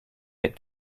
but